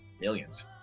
Millions